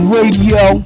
Radio